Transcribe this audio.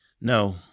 No